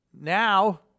Now